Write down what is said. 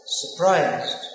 surprised